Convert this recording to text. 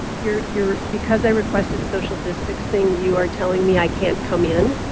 you're you're because i requested social justich thing. you are telling me i can't come in.